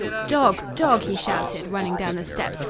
dog! dog! he shouted, running down the steps.